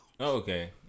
Okay